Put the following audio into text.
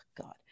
God